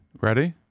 Ready